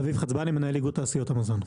אביב חצבאני, מנהל איגוד תעשיות המזון.